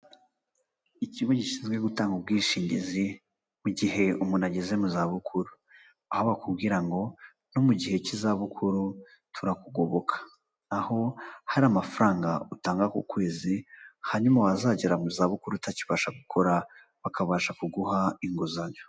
Ikigo gishinzwe gutanga ubwishingizi mu gihe umuntu ageze mu zabukuru, aho bakubwira ngo no mu gihe cy'izabukuru turakugoboka, aho hari amafaranga utangwa ku kwezi hanyuma wazagera mu zabukuru utakibasha gukora bakabasha kuguha inguzanyo.